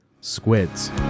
squids